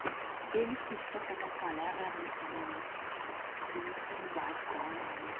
എനിക്കിഷ്ടപ്പെട്ട കലാകാരൻ എന്നത് വിൻസെൻറ്റ് വാക്കോണാണ്